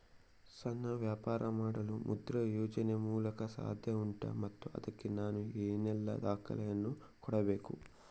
ಸಣ್ಣ ವ್ಯಾಪಾರ ಮಾಡಲು ಮುದ್ರಾ ಯೋಜನೆ ಮೂಲಕ ಸಾಧ್ಯ ಉಂಟಾ ಮತ್ತು ಅದಕ್ಕೆ ನಾನು ಏನೆಲ್ಲ ದಾಖಲೆ ಯನ್ನು ಕೊಡಬೇಕು?